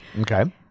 Okay